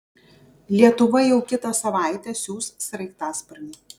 lietuva jau kitą savaitę siųs sraigtasparnį